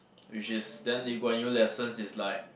which is then Lee-Kuan-Yew lessons is like